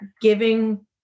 giving